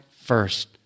first